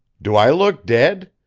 do i look dead?